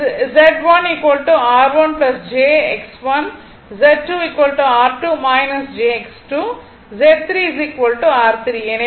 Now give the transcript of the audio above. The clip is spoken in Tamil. Z1 R1 jX1 Z2 R2 jX2 Z 3 R3